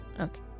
Okay